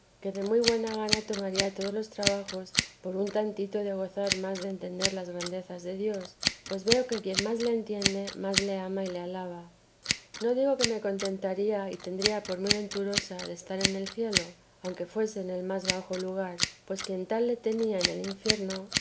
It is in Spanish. que de muy buena gana tomaría todos los trabajos por un tantico de gozar más de entender más las grandezas de dios pues veo que quien más lo entiende más le ama y le alaba no digo que no me contentaría y temía por muy venturosa de estar en el cielo aunque fuese en el más bajo lugar pues quien tal le tenía en el infierno